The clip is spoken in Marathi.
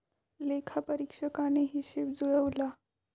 लेखापरीक्षकाने हिशेब जुळवला